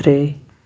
ترٛے